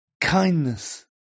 kindness